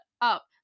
up